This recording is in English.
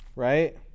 Right